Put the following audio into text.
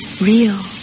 real